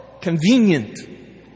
convenient